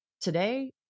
Today